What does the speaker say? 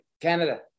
Canada